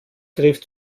griff